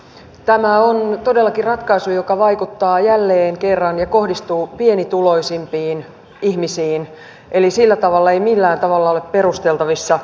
tämä on todellakin ratkaisu joka vaikuttaa ja kohdistuu jälleen kerran pienituloisimpiin ihmisiin eli sillä tavalla ei millään tavalla ole perusteltavissa